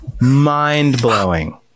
Mind-blowing